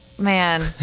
man